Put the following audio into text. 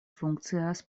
funkcias